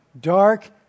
dark